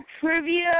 trivia